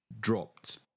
dropped